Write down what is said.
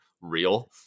real